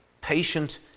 patient